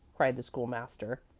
cried the school-master.